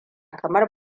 kamar